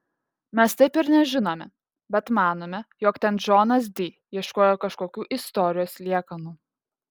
mes taip ir nežinome bet manome jog ten džonas di ieškojo kažkokių istorijos liekanų